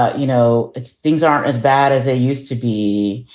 ah you know, it's things aren't as bad as they used to be.